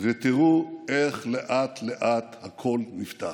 ותראו איך לאט-לאט הכול נפתח.